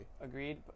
Agreed